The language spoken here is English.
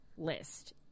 list